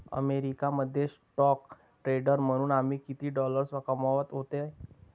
America मध्ये stock trader म्हणून तुम्ही किती डॉलर्स कमावत होते